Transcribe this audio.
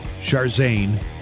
Charzane